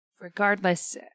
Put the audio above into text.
regardless